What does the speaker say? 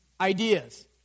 ideas